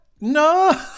No